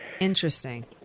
Interesting